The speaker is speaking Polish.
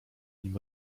nim